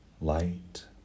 light